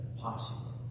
possible